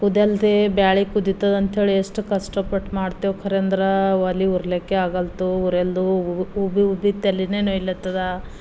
ಕುದ್ಯಲ್ದೆ ಬ್ಯಾಳಿ ಕುದೀತದೆ ಅಂಥೇಳಿ ಎಷ್ಟು ಕಷ್ಟಪಟ್ಟು ಮಾಡ್ತೇವೆ ಖರೆ ಅಂದ್ರೆ ಒಲೆ ಉರಿಲಕ್ಕೆ ಆಗಲ್ದು ಉರಿಯಲ್ದು ಉಬ್ಬಿ ಉಬ್ಬಿ ತಲೆನೇ ನೋಯ್ಲತ್ತದ